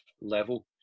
level